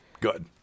good